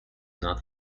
not